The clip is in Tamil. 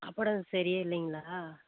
சாப்பாடு சரியே இல்லைங்களா